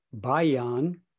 Bayan